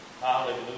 Hallelujah